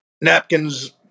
napkins